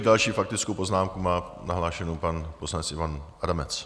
Další faktickou poznámku má nahlášenou pan poslanec Ivan Adamec.